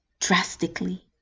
drastically